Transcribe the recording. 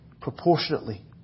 proportionately